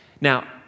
Now